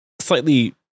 slightly